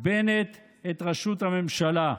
בנט את ראשות הממשלה.